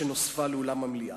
שנוספה לאולם המליאה.